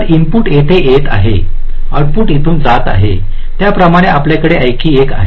तर इनपुट येथे येत आहे आउटपुट येथून जात आहे त्याचप्रमाणे आपल्याकडे आणखी एक आहे